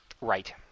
Right